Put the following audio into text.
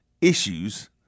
issues